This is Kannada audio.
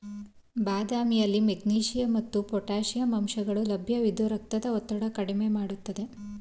ಬಾದಾಮಿಯಲ್ಲಿ ಮೆಗ್ನೀಷಿಯಂ ಮತ್ತು ಪೊಟ್ಯಾಷಿಯಂ ಅಂಶಗಳು ಲಭ್ಯವಿದ್ದು ರಕ್ತದ ಒತ್ತಡ ಕಡ್ಮೆ ಮಾಡ್ತದೆ